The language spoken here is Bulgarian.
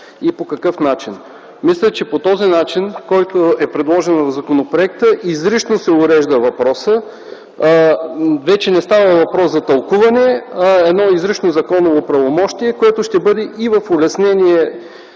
и по какъв начин. Мисля, че по този начин, в който е предложен в законопроекта, изрично се урежда въпросът. Вече не става въпрос за тълкуване, а едно изрично законово правомощие, което ще бъде и в пояснение